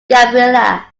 gabriella